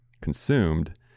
consumed